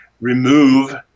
remove